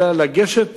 אלא לגשת